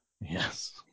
yes